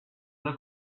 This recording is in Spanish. una